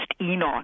Enoch